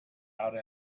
out